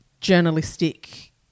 journalistic